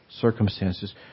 circumstances